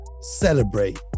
celebrate